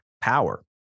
power